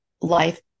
life